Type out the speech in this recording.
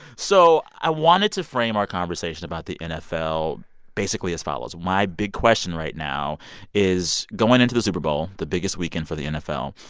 so i wanted to frame our conversation about the nfl basically as follows. my big question right now is going into the super bowl, the biggest weekend for the nfl,